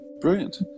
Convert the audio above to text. brilliant